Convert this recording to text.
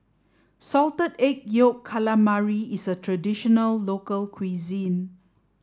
salted egg yolk calamari is a traditional local cuisine